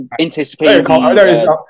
anticipating